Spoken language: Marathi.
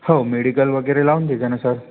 हो मेडिकल वगैरे लावून देजा ना सर